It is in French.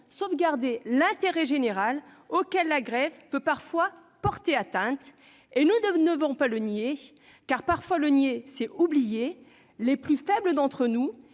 sauvegarder l'intérêt général auquel la grève peut parfois porter atteinte. Nous ne devons pas le nier, car cela revient parfois à oublier les plus faibles d'entre nous.